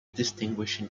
distinguishing